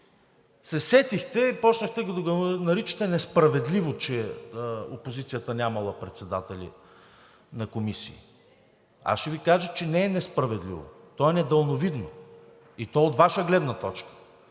се сетихте и започнахте да наричате несправедливо, че опозицията нямала председатели на комисии. Аз ще Ви кажа, че не е несправедливо, то е недалновидно, и то от Ваша гледна точка.